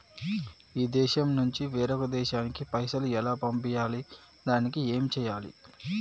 ఈ దేశం నుంచి వేరొక దేశానికి పైసలు ఎలా పంపియ్యాలి? దానికి ఏం చేయాలి?